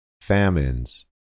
famines